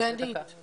בבקשה.